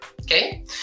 okay